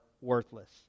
worthless